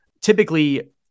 typically